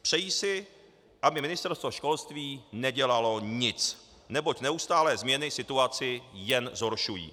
Přejí si, aby Ministerstvo školství nedělalo nic, neboť neustálé změny situaci jen zhoršují.